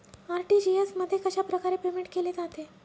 RTGS मध्ये कशाप्रकारे payment केले जाते?